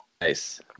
nice